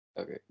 Okay